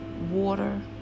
water